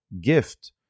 gift